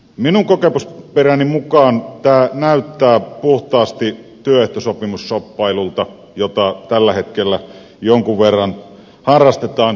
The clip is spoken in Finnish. minun kokemusperäni mukaan tämä näyttää puhtaasti työehtosopimusshoppailulta jota tällä hetkellä jonkun verran harrastetaan